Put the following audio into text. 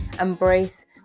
embrace